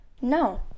No